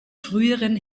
früheren